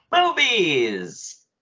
Movies